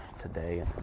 today